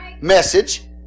message